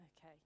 Okay